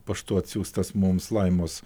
paštu atsiųstas mums laimos